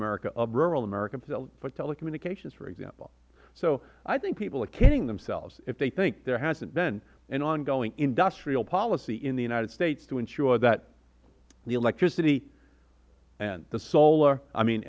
f rural america for telecommunications for example so i think people are kidding themselves if they think there hasn't been an ongoing industrial policy in the united states to ensure that the electricity the solar i mean